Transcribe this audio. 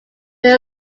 were